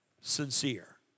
Sincere